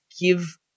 give